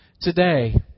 Today